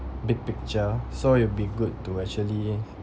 big picture so it'll be good to actually